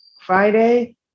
Friday